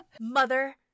mother